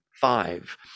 five